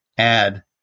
add